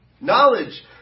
knowledge